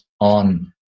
on